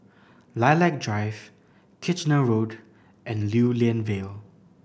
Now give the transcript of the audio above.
Lilac Drive Kitchener Road and Lew Lian Vale